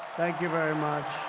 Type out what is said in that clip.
thank you very much.